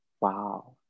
wow